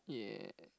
yeah